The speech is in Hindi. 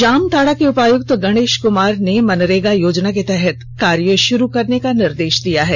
जामताड़ा के उपायुक्त गणेष कुमार ने मनरेगा योजना के तहत कार्य शुरू करने का निर्देष दिया है